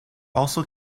also